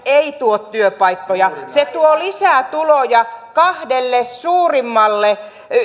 ei tuo työpaikkoja se tuo lisää tuloja kahdelle suurimmalle